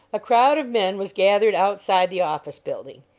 a crowd of men was gathered outside the office building.